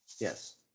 yes